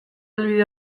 helbide